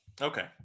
Okay